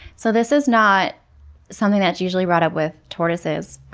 so this is not something that is usually brought up with tortoises,